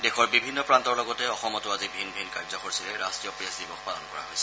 দেশৰ বিভিন্ন প্ৰান্তৰ লগতে অসমতো আজি ভিন ভিন কাৰ্যসূচীৰে ৰাষ্ট্ৰীয় প্ৰেছ দিৱস পালন কৰা হৈছে